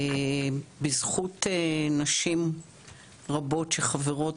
בזכות נשים רבות שחברות